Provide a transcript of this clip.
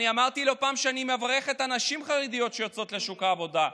אמרתי לא פעם שאני מברך את הנשים החרדיות שיוצאות לשוק העבודה.